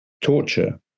torture